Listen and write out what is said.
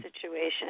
situation